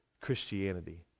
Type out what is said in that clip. Christianity